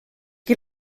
qui